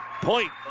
Point